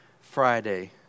Friday